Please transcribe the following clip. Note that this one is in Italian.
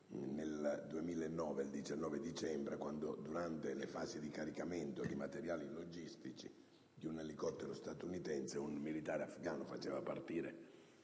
il 19 dicembre 2009, quando, durante le fasi di caricamento di materiali logistici su un elicottero statunitense, un militare afgano faceva partire